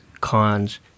cons